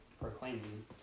proclaiming